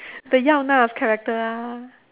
the Yao Na's character